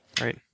Right